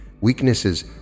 weaknesses